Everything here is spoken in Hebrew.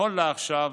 נכון לעכשיו